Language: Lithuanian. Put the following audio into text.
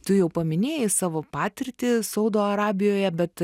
tu jau paminėjai savo patirtį saudo arabijoje bet